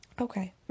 okay